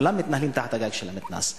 כולם מתנהלים תחת הגג של המתנ"ס.